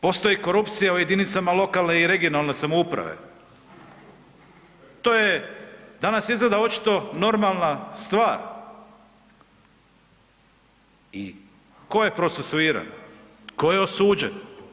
Postoji korupcija u jedinicama lokalne i regionalne samouprave, to je danas izgleda očito normalna stvar i ko je procesuiran, ko je osuđen?